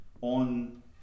on